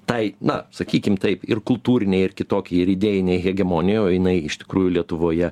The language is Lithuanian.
tai na sakykime taip ir kultūrinei ir kitokiai ir idėjinei hegemonijai o jinai iš tikrųjų lietuvoje